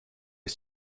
ich